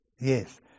yes